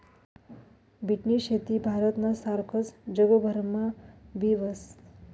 बीटनी शेती भारतना सारखस जगभरमा बी व्हस